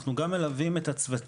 אנחנו גם מלווים את הצוותים,